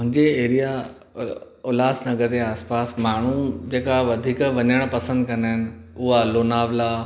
मुंहिंजे एरिया उल्हासनगर जे आसपास माण्हू जेका वधीक वञणु पसंदि कंदा आहिनि उहो आहे लोनावला